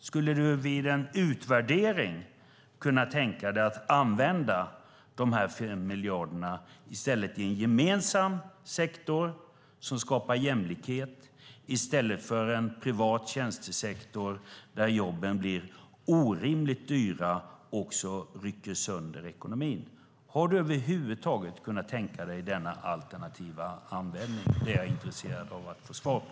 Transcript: Skulle du vid en utvärdering kunna tänka dig att använda de 5 miljarderna i en gemensam sektor som skapar jämlikhet i stället för en privat tjänstesektor där jobben blir orimligt dyra och rycker sönder ekonomin? Har du över huvud taget kunnat tänka dig denna alternativa användning? Det är jag intresserad av att få svar på.